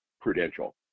Prudential